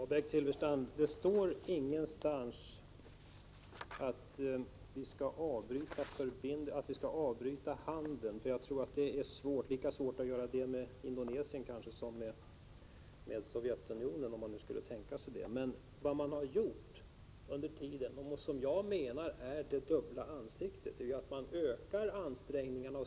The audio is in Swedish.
Herr talman! Det står ingenstans att vi skall avbryta handeln. Jag tror att det är lika svårt att göra det med Indonesien som med Sovjetunionen, om nu någon skulle tänka sig det. Vad man har gjort och som jag menar är det dubbla ansiktet, är ju att man ökar stödet.